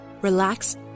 relax